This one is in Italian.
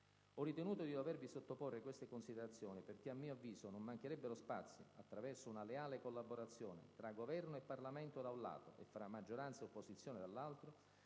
Ho ritenuto di dovervi sottoporre queste considerazioni perché a mio avviso non mancherebbero spazi, attraverso una leale collaborazione tra Governo e Parlamento da un lato e fra maggioranza ed opposizione dall'altro,